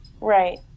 right